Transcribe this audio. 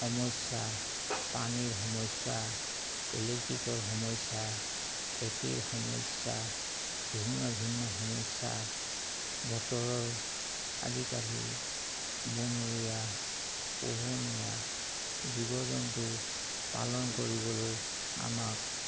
সমস্যা পানীৰ সমস্যা ইলেক্ট্ৰিকৰ সমস্যা খেতিৰ সমস্যা ভিন্ন ভিন্ন সমস্যা বতৰৰ আজিকালি বনৰীয়া পোহনীয়া জীৱ জন্তু পালন কৰিবলৈ আমাক